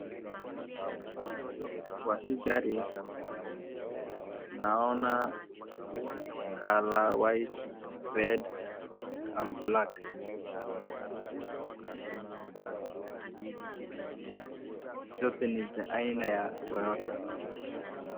Kwa hii gari naona color, white, red and black zote ni za aina ya Toyota .